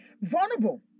Vulnerable